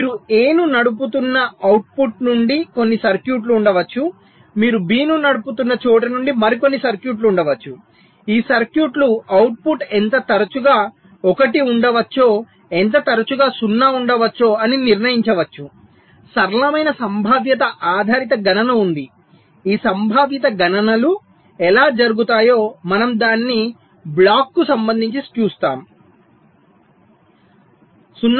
మీరు A ను నడుపుతున్న అవుట్పుట్ నుండి కొన్ని సర్క్యూట్లు ఉండవచ్చు మీరు B ను నడుపుతున్న చోట నుండి మరికొన్ని సర్క్యూట్లు ఉండవచ్చు ఈ సర్క్యూట్లు అవుట్పుట్ ఎంత తరచుగా 1 ఉండవచ్చో ఎంత తరచుగా 0 ఉండవచ్చో అని నిర్ణయించవచ్చు సరళమైన సంభావ్యత ఆధారిత గణన ఉంది ఈ సంభావ్యత గణనలు ఎలా జరుగుతాయో మనము దానిని బ్లాక్కు సంబంధించి చూస్తాము